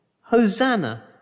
Hosanna